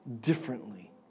differently